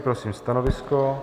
Prosím stanovisko.